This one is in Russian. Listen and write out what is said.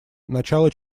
начало